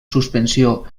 suspensió